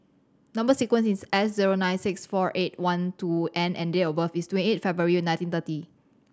number sequence is S zero nine six four eight one two N and date of birth is twenty eight February nineteen thirty